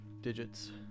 digits